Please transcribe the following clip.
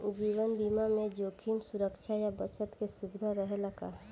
जीवन बीमा में जोखिम सुरक्षा आ बचत के सुविधा रहेला का?